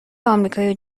آمریکای